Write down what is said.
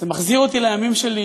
זה מחזיר אותי לימים שלי,